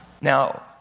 Now